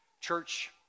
Church